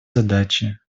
задачи